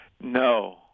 No